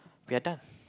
we are done